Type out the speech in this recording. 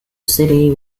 city